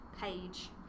Page